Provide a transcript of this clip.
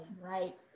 right